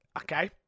Okay